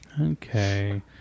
Okay